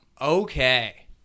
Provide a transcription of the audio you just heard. Okay